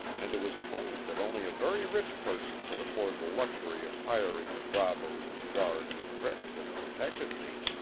and it was plain that only a very rich person could afford the luxury of hiring the bravos and guards who threatened and protected me.